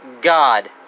god